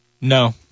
no